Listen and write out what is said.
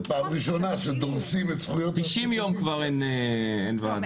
זו פעם ראשונה שדורסים את זכויות --- 90 יום כבר אין ועדה.